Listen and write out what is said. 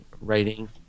writing